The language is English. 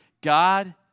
God